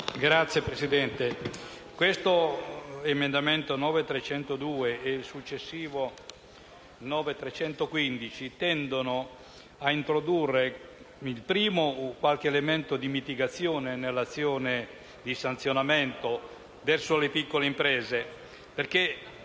Signor Presidente, questo emendamento, come il successivo 9.315, tende a introdurre qualche elemento di mitigazione nell'azione di sanzionamento verso le piccole imprese.